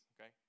okay